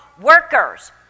workers